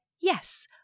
yes